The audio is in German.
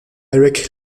eric